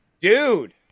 Dude